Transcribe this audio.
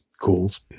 calls